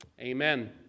Amen